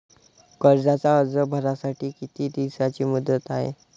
कर्जाचा अर्ज भरासाठी किती दिसाची मुदत हाय?